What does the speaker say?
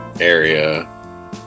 area